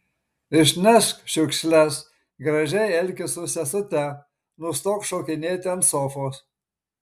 išnešk šiukšles gražiai elkis su sesute nustok šokinėti ant sofos